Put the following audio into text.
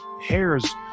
hairs